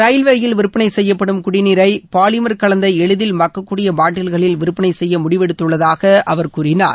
ரயில்வேயில் விற்பனை செய்யப்படும் குடிநீரை பாலிமர் கலந்த எளிதில் மக்கக்கூடிய பாட்டீல்களில் விற்பனை செய்ய முடிவெடுத்துள்ளதாக அவர் கூறினார்